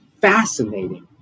fascinating